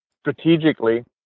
strategically